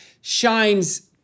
shines